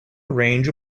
arrange